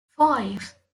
five